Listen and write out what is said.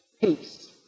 peace